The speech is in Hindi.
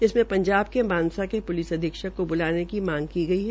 इसमें पंजाब के मानसा के प्लिस अधीक्षक को ब्लाने की मांग की गई है